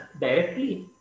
directly